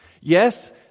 Yes